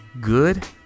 good